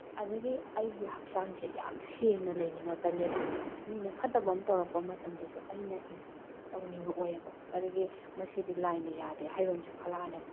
ꯑꯗꯒꯤ ꯑꯩꯒꯤ ꯍꯛꯆꯥꯡꯁꯦ ꯌꯥꯝ ꯁꯦꯡꯅ ꯂꯩꯅꯤꯡꯉꯥꯛꯀꯅꯦꯕ ꯃꯤꯅꯥ ꯐꯠꯇꯕ ꯑꯃ ꯇꯧꯔꯛꯄ ꯃꯇꯝꯗꯁꯨ ꯑꯩꯅ ꯇꯧꯅꯤꯡꯉꯛꯑꯣꯏꯕ ꯀꯔꯤꯒꯤ ꯃꯁꯤꯗꯤ ꯂꯥꯏꯅ ꯌꯥꯗꯦ ꯍꯥꯏꯕ ꯑꯃꯁꯨ ꯈꯜꯂꯛꯑꯅꯦꯕ